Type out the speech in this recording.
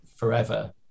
Forever